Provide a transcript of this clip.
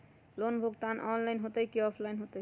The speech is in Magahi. लोन भुगतान ऑनलाइन होतई कि ऑफलाइन होतई?